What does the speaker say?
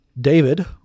David